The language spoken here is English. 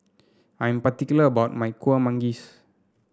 I am particular about my Kueh Manggis